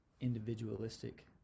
individualistic